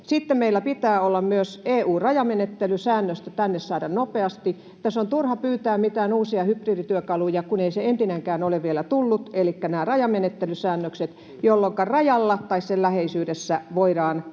Sitten meidän pitää saada myös EU-rajamenettelysäännöstö tänne nopeasti. Tässä on turha pyytää mitään uusia hybridityökaluja, kun ei se entinenkään ole vielä tullut. Elikkä pitää saada nämä rajamenettelysäännökset, jolloinka rajalla tai sen läheisyydessä voidaan